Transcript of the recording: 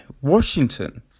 Washington